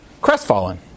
crestfallen